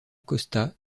costa